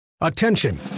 Attention